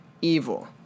evil